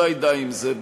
אולי די עם זה?